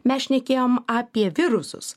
mes šnekėjom apie virusus